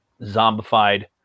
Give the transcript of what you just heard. zombified